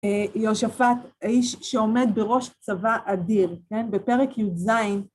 יהושפט, האיש שעומד בראש צבא אדיר, כן? בפרק י"ז